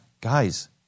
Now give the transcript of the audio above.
guys